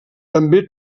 també